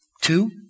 Two